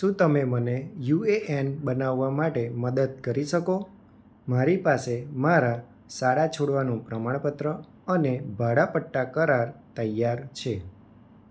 શું તમે મને યુ એ એન બનાવવા માટે મદદ કરી શકો મારી પાસે મારા શાળા છોડવાનું પ્રમાણપત્ર અને ભાડાપટ્ટા કરાર તૈયાર છે